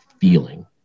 feeling